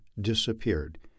disappeared